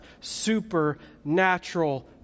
supernatural